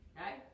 Okay